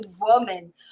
woman